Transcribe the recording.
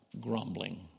grumbling